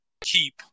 keep